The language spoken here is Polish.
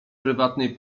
prywatnej